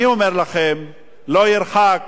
אני אומר לכם, לא ירחק